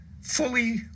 fully